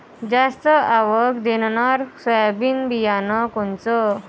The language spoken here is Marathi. जास्त आवक देणनरं सोयाबीन बियानं कोनचं?